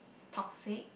toxic